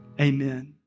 Amen